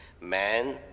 man